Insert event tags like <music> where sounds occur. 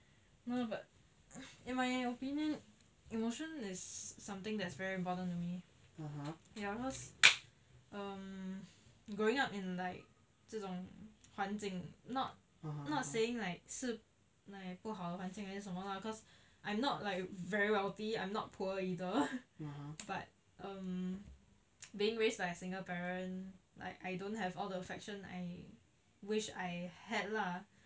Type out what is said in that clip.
no but <noise> in my opinion emotion is something that is very important to me ya cause um growing up in like 这种环境: zhe zhong huan jing not not saying like 是 like 是不好的环境还是什么啦 cause I'm not like very wealthy I'm not poor either <laughs> but um being raise by a single parent like I don't have all the faction I wish I had lah